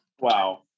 Wow